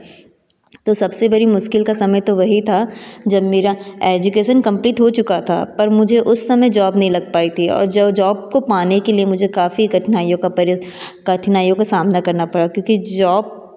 तो सबसे बड़ी मुश्किल का समय तो वही था जब मेरा एजुकेशन कंप्लीत हो चुका था पर मुझे उस समय जॉब नहीं लग पाई थी और जॉ जॉब को पाने के लिए मुझे काफ़ी कठिनाइयों पर कठिनाइयों का सामना करना पड़ा क्योकि जॉब